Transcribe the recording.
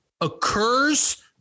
occurs